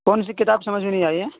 کون سی کتاب سمجھ میں نہیں آئی ہے